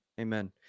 Amen